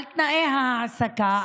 על תנאי ההעסקה,